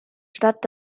stadt